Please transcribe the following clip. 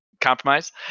Compromise